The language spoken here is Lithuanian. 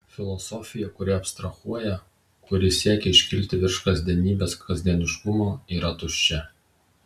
filosofija kuri abstrahuoja kuri siekia iškilti virš kasdienybės kasdieniškumo yra tuščia